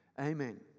Amen